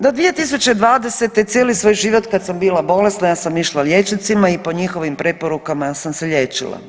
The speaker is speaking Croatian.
Do 2020. cijeli svoj život kad sam bila bolesna ja sam išla liječnicima i po njihovim preporukama sam se liječila.